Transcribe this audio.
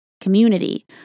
community